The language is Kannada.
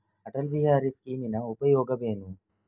ಅಟಲ್ ಬಿಹಾರಿ ಸ್ಕೀಮಿನ ಉಪಯೋಗವೇನು?